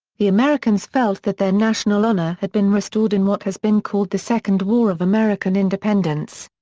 the americans felt that their national honor had been restored in what has been called the second war of american independence.